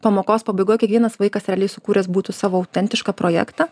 pamokos pabaigoj kiekvienas vaikas realiai sukūręs būtų savo autentišką projektą